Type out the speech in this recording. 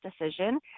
decision